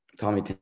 Tommy